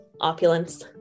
opulence